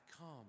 come